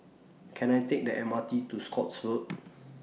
Can I Take The M R T to Scotts Road